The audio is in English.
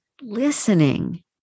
listening